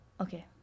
Okay